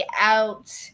out